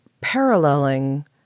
paralleling